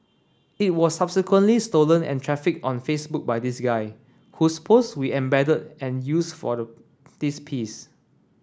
it was subsequently stolen and trafficked on Facebook by this guy whose posts we embedded and used for the this piece